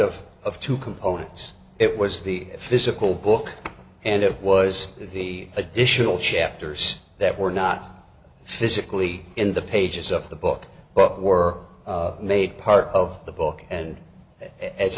of of two components it was the physical book and it was the additional chapters that were not physically in the pages of the book but were made part of the book and